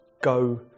go